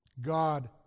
God